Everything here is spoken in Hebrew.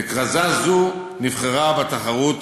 וכרזה זו נבחרה בתחרות